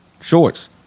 shorts